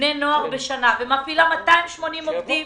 בני נוער בשנה, ומפעילה 280 עובדים